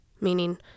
meaning